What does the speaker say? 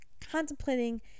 contemplating